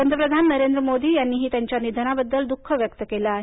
पंतप्रधान नरेंद्र मोदी यांनीही त्यांच्या निधनाबद्दल दुःख व्यक्त केलं आहे